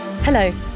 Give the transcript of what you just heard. Hello